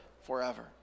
forever